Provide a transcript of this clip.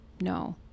No